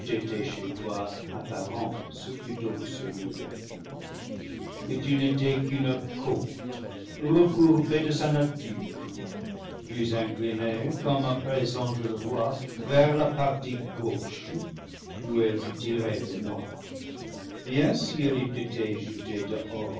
apparence plutôt que solide vertu que lu n'étais qu'une côte recourbée de sa na ture plus inclinée comme à présent je le vois vers la partie gauche d'où elle fut tirée de moi bien si elle eût été jetée